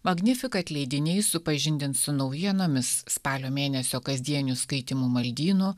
magnificat leidiniai supažindins su naujienomis spalio mėnesio kasdienių skaitymų maldynu